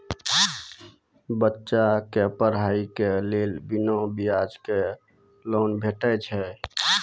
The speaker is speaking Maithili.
बच्चाक पढ़ाईक लेल बिना ब्याजक लोन भेटै छै?